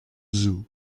zoo